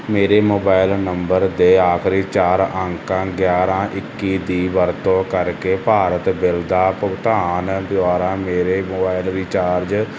ਮੇਰੇ mobile number ਦੇ ਆਖਰੀ ਚਾਰ ਅੰਕਾਂ ਗਿਆਰਾਂ ਇੱਕੀ ਦੀ ਵਰਤੋਂ ਕਰਕੇ ਭਾਰਤ ਬਿੱਲ ਦਾ ਭੁਗਤਾਨ ਦੁਆਰਾ ਮੇਰੇ ਮੋਬਾਈਲ ਰੀਚਾਰਜ